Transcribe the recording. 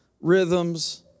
rhythms